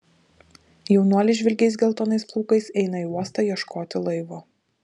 jaunuolis žvilgiais geltonais plaukais eina į uostą ieškoti laivo